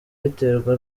biterwa